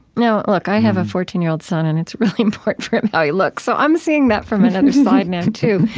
now, look, i have a fourteen year old son, and it's really important for him how he looks, so i'm seeing that from another side now too.